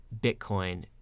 Bitcoin